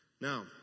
Now